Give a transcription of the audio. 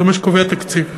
זה מה שקובע תקציב.